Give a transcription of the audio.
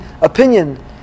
opinion